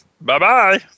Bye-bye